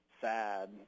sad